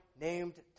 named